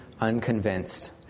unconvinced